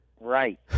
Right